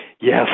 Yes